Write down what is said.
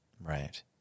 Right